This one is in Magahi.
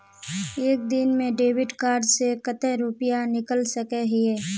एक दिन में डेबिट कार्ड से कते रुपया निकल सके हिये?